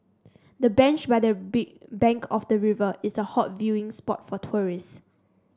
the bench by the big bank of the river is a hot viewing spot for tourists